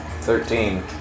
Thirteen